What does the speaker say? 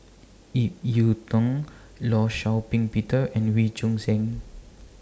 Ip Yiu Tung law Shau Ping Peter and Wee Choon Seng